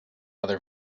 other